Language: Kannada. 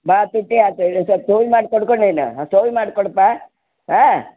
ಭಾಳ ತುಟ್ಟಿ ಆಯ್ತು ಇನ್ನು ಸ್ವಲ್ಪ್ ಸೋವಿ ಕೊಡ್ಕೊ ನೀನು ಸೋವಿ ಮಾಡಿ ಕೊಡಪ್ಪಾ ಹಾಂ